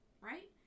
right